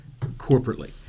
corporately